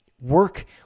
Work